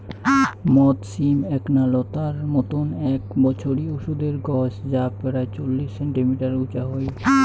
মথ সিম এ্যাকনা নতার মতন এ্যাক বছরি ওষুধের গছ যা পরায় চল্লিশ সেন্টিমিটার উচা হই